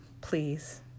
please